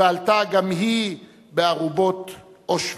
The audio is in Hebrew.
ועלתה גם היא בארובות אושוויץ.